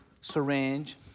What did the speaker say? syringe